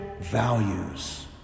values